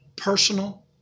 personal